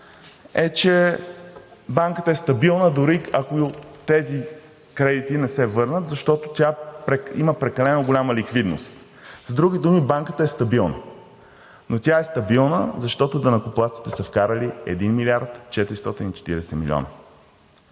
е, че банката е стабилна, дори ако тези кредити не се върнат, защото има прекалено голяма ликвидност. С други думи, банката е стабилна, но тя е стабилна, защото данъкоплатците са вкарали 1 млрд. 440 милиона.